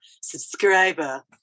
subscriber